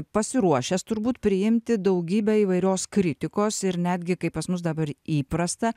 pasiruošęs turbūt priimti daugybę įvairios kritikos ir netgi kaip pas mus dabar įprasta